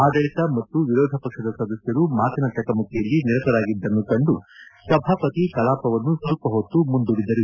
ಆಡಳಿತ ಮತ್ತು ವಿರೋಧ ಪಕ್ಷದ ಸದಸ್ಯರು ಮಾತಿನ ಚಕಮಕಿಯಲ್ಲಿ ನಿರತರಾಗಿದ್ದನ್ನು ಕಂಡು ಸಭಾಪತಿ ಕಲಾಪವನ್ನು ಸ್ವಲ್ಪ ಹೊತ್ತು ಮುಂದೂಡಿದರು